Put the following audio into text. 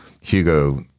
Hugo